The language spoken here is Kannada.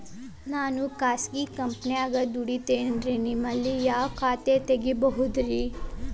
ನಾನು ಖಾಸಗಿ ಕಂಪನ್ಯಾಗ ದುಡಿತೇನ್ರಿ, ನಿಮ್ಮಲ್ಲಿ ಯಾವ ಖಾತೆ ತೆಗಿಬಹುದ್ರಿ?